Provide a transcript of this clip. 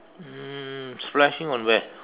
um splashing on where